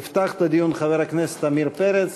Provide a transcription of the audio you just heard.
יפתח את הדיון חבר הכנסת עמיר פרץ.